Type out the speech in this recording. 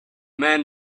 man